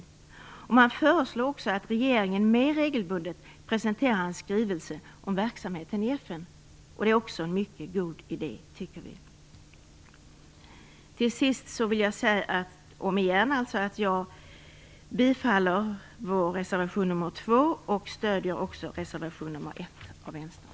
Utskottet föreslår också att regeringen mer regelbundet presenterar en skrivelse om verksamheten i FN, vilket också är en mycket god idé. Till sist vill jag yrka bifall till vår reservation 2, och jag vill även yrka bifall till reservation 1.